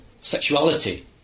sexuality